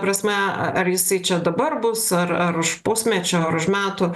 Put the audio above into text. prasme ar jisai čia dabar bus ar ar už pusmečio ar už metų